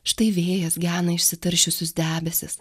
štai vėjas gena išsitaršiusius debesis